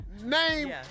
name